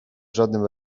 żadnym